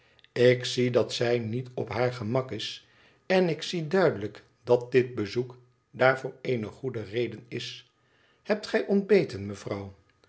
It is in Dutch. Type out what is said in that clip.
ik zie dat zij niet op haar gemak is en ik zie duidelijk dat dit bezoek daarvoor eene goede reden is hebt gij ontbeten mevrouw